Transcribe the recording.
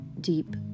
deep